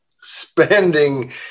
spending